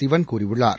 சிவன் கூறியுள்ளார்